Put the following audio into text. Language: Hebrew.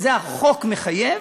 ואת זה החוק מחייב,